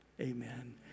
amen